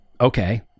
Okay